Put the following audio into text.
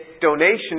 donations